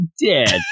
dead